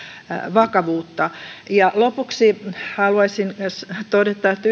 vakavuutta lopuksi haluaisin todeta että